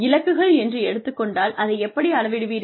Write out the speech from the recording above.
இலக்குகள் என்று எடுத்துக் கொண்டால் அதை எப்படி அளவிடுவீர்கள்